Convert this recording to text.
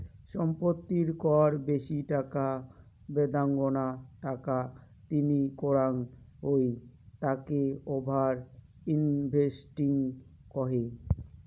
সম্পত্তির কর বেশি টাকা বেদাঙ্গনা টাকা তিনি করাঙ হই তাকে ওভার ইনভেস্টিং কহে